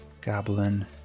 goblin